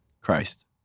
Christ